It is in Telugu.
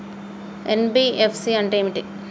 ఎన్.బి.ఎఫ్.సి అంటే ఏమిటి?